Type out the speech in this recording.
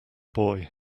boy